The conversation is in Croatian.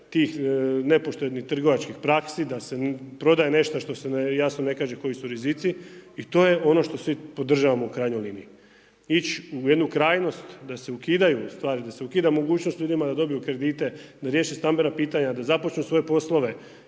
nepoštenih trgovačkih praksi, da se prodaje nešto što se jasno ne kaže koji su rizici. I to je ono što svi podržavamo u krajnjoj liniji. Ići u jednu krajnost, da se ukidaju, ustavi da se ukida mogućnost ljudima da dobiju kredite, da riješe stambena pitanja, da započnu svoje poslove.